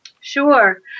Sure